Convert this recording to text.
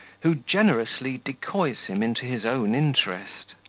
who generously decoys him into his own interest.